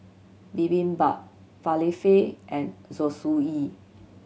Bibimbap Falafel and Zosui